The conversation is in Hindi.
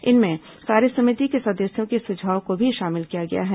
इसमें कार्यसमिति के सदस्यों के सुझाव को भी शामिल किया गया है